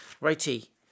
righty